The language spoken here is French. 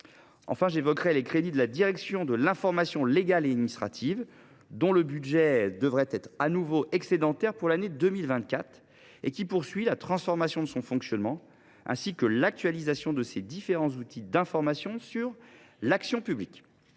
Enfin, j’évoquerai les crédits de la direction de l’information légale et administrative, dont le budget devrait être de nouveau excédentaire pour l’année 2024, et qui poursuit la transformation de son fonctionnement, ainsi que l’actualisation de ses différents outils d’information sur l’action publique.